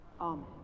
Amen